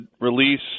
release –